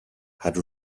had